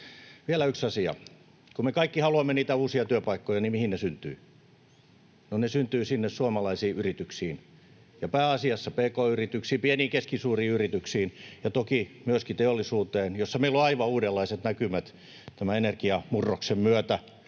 vielä yksi asia. Kun me kaikki haluamme niitä uusia työpaikkoja, niin mihin ne syntyvät? No ne syntyvät sinne suomalaisiin yrityksiin ja pääasiassa pk-yrityksiin, pieniin, keskisuuriin yrityksiin, ja toki myöskin teollisuuteen, jossa meillä on aivan uudenlaiset näkymät tämän energiamurroksen myötä.